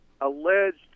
alleged